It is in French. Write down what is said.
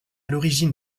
l’origine